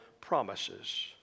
promises